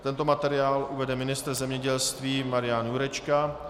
Tento materiál uvede ministr zemědělství Marian Jurečka.